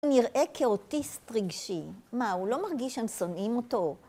הוא נראה כאוטיסט רגשי. מה, הוא לא מרגיש שהם שונאים אותו?